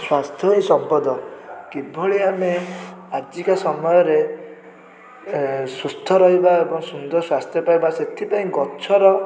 ସ୍ୱାସ୍ଥ୍ୟ ହିଁ ସମ୍ପଦ କିଭଳି ଆମେ ଆଜିକା ସମୟରେ ଏଁ ସୁସ୍ଥ ରହିବା ଏବଂ ସୁନ୍ଦର ସ୍ୱାସ୍ଥ୍ୟ ପାଇବା ସେଥିପାଇଁ ଗଛର